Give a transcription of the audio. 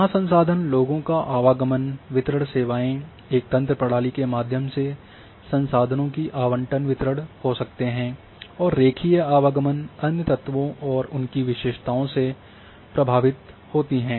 यहाँ संसाधन लोगों का आवागमन वितरण सेवाएँ एक तंत्र प्रणाली के माध्यम से संसाधनों की आवंटन वितरण हो सकते हैं और रेखीय आवागमन अन्य तत्वों और उनकी विशेषताओं से प्रभावित होती हैं